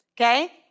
okay